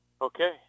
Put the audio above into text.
Okay